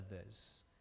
others